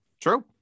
True